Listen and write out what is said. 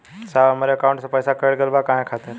साहब हमरे एकाउंट से पैसाकट गईल बा काहे खातिर?